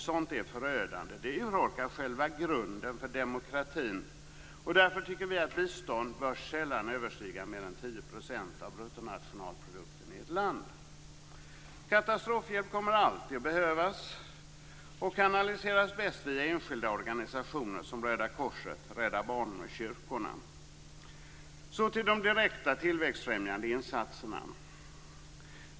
Sådant är förödande. Det urholkar själva grunden för demokratin. Vi tycker därför att bistånd sällan bör överstiga 10 % av BNP i ett land. Katastrofhjälp kommer alltid att behövas, och det kanaliseras bäst via enskilda organisationer som Röda korset, Rädda Barnen och kyrkorna. Så går jag över till de direkta, tillväxtfrämjande insatserna.